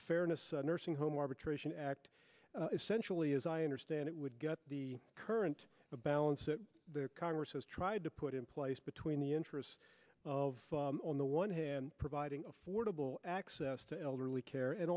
fairness of nursing home arbitration act essentially as i understand it would get the current balance that congress has tried to put in place between the interests of on the one hand providing affordable access to elderly care and